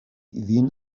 vin